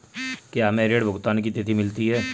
क्या हमें ऋण भुगतान की तिथि मिलती है?